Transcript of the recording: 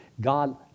God